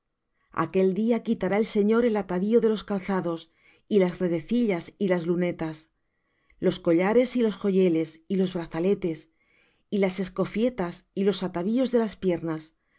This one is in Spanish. aquel día quitará el señor el atavío de los calzados y las redecillas y las lunetas los collares y los joyeles y los brazaletes las escofietas y los atavíos de las piernas